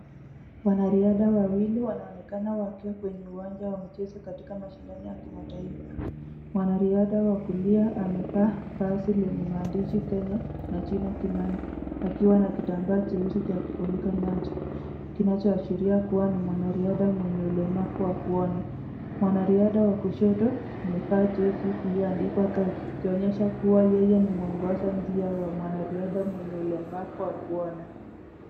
Wanariadha wawili wanaonekana wakiwa kwenye uwanja wa michezo katika mashindano ya kimataifa. Mwanariadha wa kulia amevaa vazi lenye maandishi Kenya na jina Kimani, akiwa na kitambaa cheusi cha kufunika macho, kinacho ashiria kua ni mwanariadha mwenye ulemavu wa kuona. Mwanariadha wa kushoto, amevaa jezi iliyoandikwa guide , ikionyesha kua yeye ni muongozo njia wa mwanariadha mwenye ulemavu wa kuona.